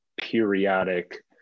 periodic